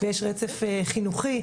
ויש רצף חינוכי,